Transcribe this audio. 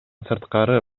сырткары